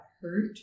hurt